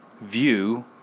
view